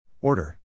Order